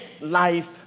life